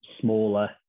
smaller